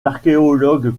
archéologues